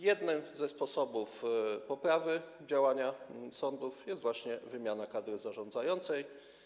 Jednym ze sposobów poprawy działania sądów jest właśnie wymiana kadry zarządzającej.